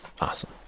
awesome